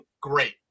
great